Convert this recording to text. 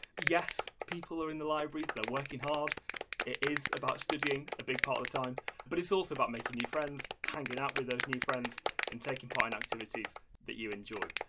yes, people are in the libraries, they're working hard, it is about studying a big part of time but it's also about making new friends, hanging out with those new friends and taking part in activities that you enjoy.